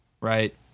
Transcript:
right